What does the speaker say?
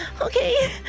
Okay